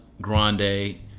Grande